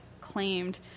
claimed